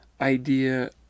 idea